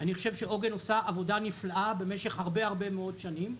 אני חושב שעוגן עושה עבודה נפלאה במשך הרבה הרבה מאוד שנים,